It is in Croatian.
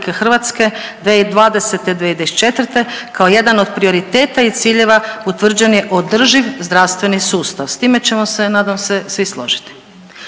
Vlade RH 2020.-2024. kao jedan od prioriteta i ciljeva utvrđen je održiv zdravstveni sustav, s time ćemo se nadam se svi složiti.